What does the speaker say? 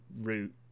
route